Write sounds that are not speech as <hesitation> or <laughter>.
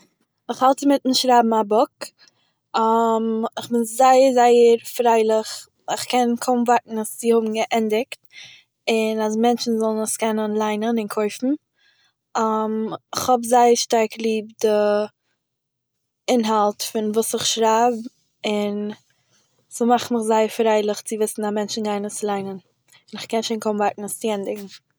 איך האלט אינמיטן שרייבן א בוק, איך בין זייער זייער פריילעך, איך קען קוים ווארטן צו האבן געענדיגט, און אז מענטשן זאלן עס קענען ליינען און קויפן, <hesitation> כ'האב זייער שטארק ליב די אינהאלט פון וואס איך שרייב און ס'מאכט מיך זייער פריילעך צו וויסן אז מענטשן גייען עס ליינען